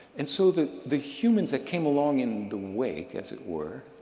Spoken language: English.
and so, the the humans that came long in the wake, as it were,